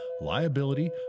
liability